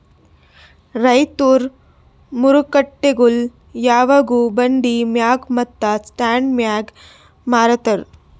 ರೈತುರ್ ಮಾರುಕಟ್ಟೆಗೊಳ್ ಯಾವಾಗ್ಲೂ ಬಂಡಿ ಮ್ಯಾಗ್ ಮತ್ತ ಸ್ಟಾಂಡ್ ಮ್ಯಾಗ್ ಮಾರತಾರ್